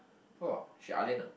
!wah! she ah lian ah